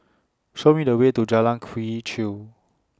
Show Me The Way to Jalan Quee Chew